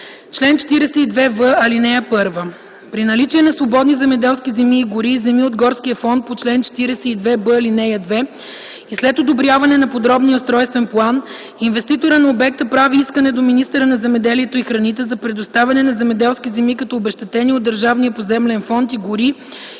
Чл. 42в. (1) При наличие на свободни земеделски земи и гори и земи от Горския фонд по чл. 42б, ал. 2 и след одобряване на подробния устройствен план, инвеститорът на обекта прави искане до министъра на земеделието и храните за предоставяне на земеделски земи като обезщетение от Държавния поземлен фонд и гори